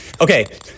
Okay